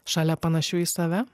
šalia panašių į save